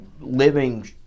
living